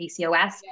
PCOS